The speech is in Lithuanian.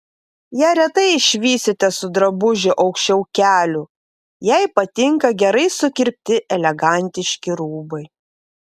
ją retai išvysite su drabužiu aukščiau kelių jai patinka gerai sukirpti elegantiški rūbai